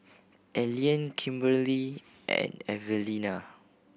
Allean Kimberely and Evelina